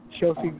Chelsea –